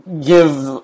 give